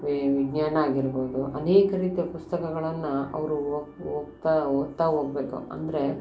V ವಿಜ್ಞಾನ ಆಗಿರ್ಬೋದು ಅನೇಕ ರೀತಿಯ ಪುಸ್ತಕಗಳನ್ನು ಅವರು ಓದ್ತಾ ಹೋಗ್ಬೇಕು ಅಂದರೆ